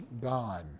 gone